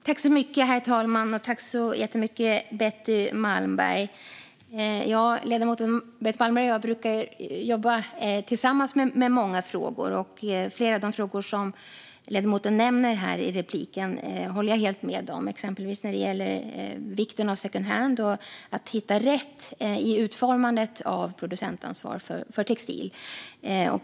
Herr talman! Tack så jättemycket, Betty Malmberg! Ledamoten Betty Malmberg och jag brukar jobba tillsammans med många frågor, och flera av de frågor som ledamoten nämner här i repliken håller jag helt med om, exempelvis vikten av secondhand och vikten av att hitta rätt i utformandet av producentansvar för textil.